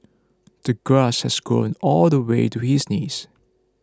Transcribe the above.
the grass had grown all the way to his knees